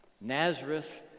Nazareth